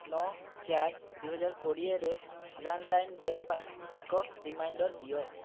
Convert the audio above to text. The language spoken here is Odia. ନଅ ଚାରି ଦୁଇହଜାର କୋଡ଼ିଏରେ ଲ୍ୟାଣ୍ଡ୍ଲାଇନ୍ ନ୍ଦେୟ ପାଇଁ ଏକ ରିମାଇଣ୍ଡର୍ ଦିଅ